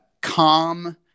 calm